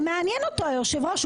זה מעניין אותו, היושב ראש.